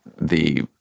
the-